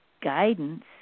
guidance